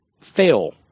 fail